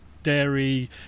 Dairy